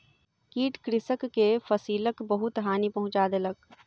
कीट कृषक के फसिलक बहुत हानि पहुँचा देलक